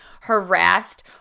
harassed